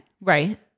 Right